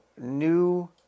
new